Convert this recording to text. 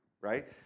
right